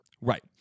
Right